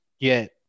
get